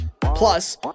Plus